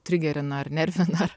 trigerina ar nervina ar